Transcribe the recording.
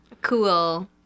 Cool